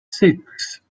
six